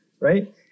right